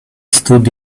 stood